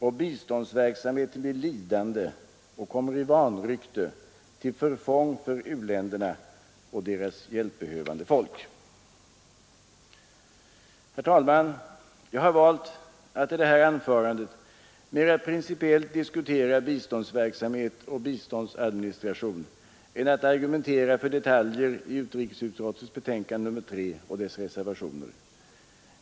Och biståndsverksamheten blir lidande och kommer i vanrykte till förfång för u-länderna och deras hjälpbehövande folk. Herr talman! Jag har valt att i detta anförande mera principiellt diskutera biståndsverksamhet och biståndsadministration än att argumentera för detaljer i utrikesutskottets betänkande nr 3 och dess reservationer.